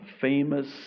famous